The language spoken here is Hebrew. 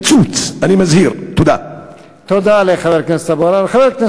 מנוגד לכל החוקים הבין-לאומיים ולכל הדתות